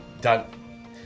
done